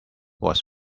was